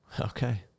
Okay